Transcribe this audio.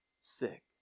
sick